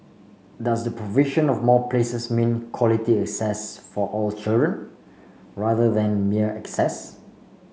does the provision of more places mean quality access for all children rather than mere access